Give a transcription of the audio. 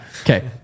Okay